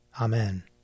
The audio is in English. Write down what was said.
Amen